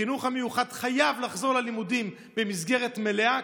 החינוך המיוחד חייב לחזור ללימודים במסגרת מלאה,